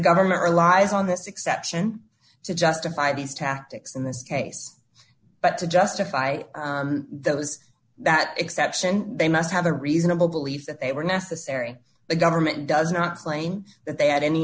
government relies on this exception to justify these tactics in this case but to justify those that exception they must have a reasonable belief that they were necessary the government does not claim that they had any